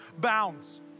bounds